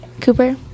Cooper